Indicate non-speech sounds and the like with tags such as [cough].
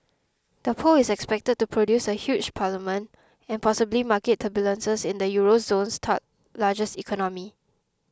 the poll is expected to produce a hung parliament and possibly market turbulence in the euro zone's [unintelligible] largest economy